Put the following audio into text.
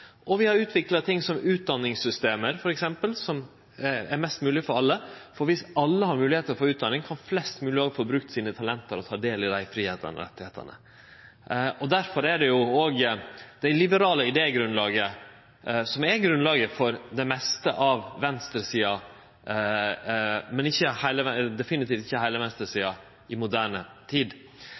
fridomane. Vi har utvikla ting som utdanningssystemet, f.eks., som er mest mogleg for alle, for dersom alle har moglegheit til å ta utdanning, kan flest mogleg få brukt sine talent og ta del i dei fridomane og rettane. Difor er det det liberale idégrunnlaget som er grunnlaget for det meste av venstresida, men definitivt ikkje heile venstresida, i moderne tid.